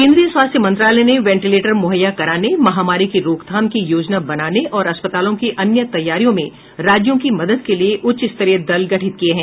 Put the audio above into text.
केंद्रीय स्वास्थ्य मंत्रालय ने वेंटिलेटर मुहैया कराने महामारी की रोकथाम की योजना बनाने और अस्पतालों की अन्य तैयारियों में राज्यों की मदद के लिए उच्च स्तरीय दल गठित किए हैं